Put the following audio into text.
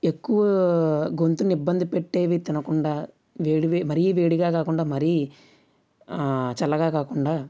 ఎక్కువ గొంతుని ఇబ్బంది పెట్టేవి తినకుండా వేడివి మరీ వేడిగా కాకుండా మరీ చల్లగా కాకుండా